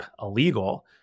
illegal